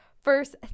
first